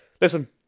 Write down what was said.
listen